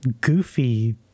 goofy